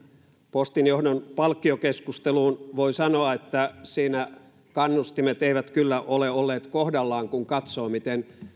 postin johdon palkkiokeskusteluun voi sanoa että siinä kannustimet eivät kyllä ole olleet kohdallaan kun katsoo miten